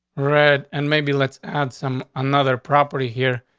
read and maybe let's add some another property here.